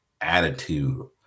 attitude